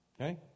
Okay